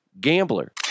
Gambler